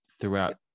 throughout